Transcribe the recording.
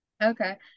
Okay